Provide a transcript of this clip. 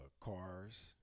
cars